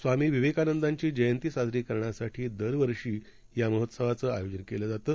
स्वामीविवेकानंदांचीजयंतीसाजरीकरण्यासाठीदरवर्षीयामहोत्सवाचंआयोजनकेलंजातं